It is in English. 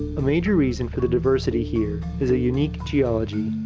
a major reason for the diversity here is a unique geology.